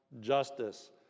justice